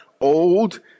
Old